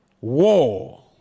war